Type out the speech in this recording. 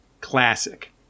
classic